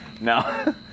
No